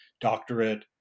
doctorate